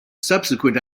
subsequent